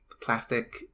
plastic